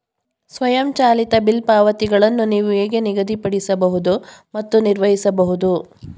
ಸ್ವಯಂಚಾಲಿತ ಬಿಲ್ ಪಾವತಿಗಳನ್ನು ನೀವು ಹೇಗೆ ನಿಗದಿಪಡಿಸಬಹುದು ಮತ್ತು ನಿರ್ವಹಿಸಬಹುದು?